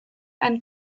and